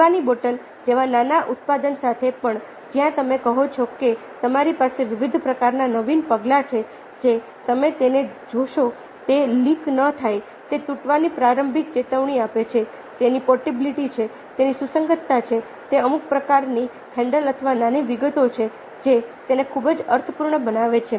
પીવાની બોટલ જેવા નાના ઉત્પાદન સાથે પણ જ્યાં તમે કહો છો કે તમારી પાસે વિવિધ પ્રકારના નવીન પગલાં છે જે તમે તેને જોશો કે તે લીક ન થાય તે તૂટવાની પ્રારંભિક ચેતવણી આપે છે તેની પોર્ટેબિલિટી છે તેની સુસંગતતા છે તે અમુક પ્રકારની હેન્ડલ અથવા નાની વિગતો છે જે તેને ખૂબ અર્થપૂર્ણ બનાવે છે